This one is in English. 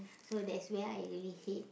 so that's where I really hate